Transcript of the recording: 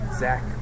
Zach